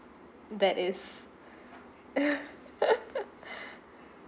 that is